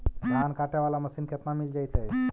धान काटे वाला मशीन केतना में मिल जैतै?